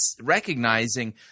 recognizing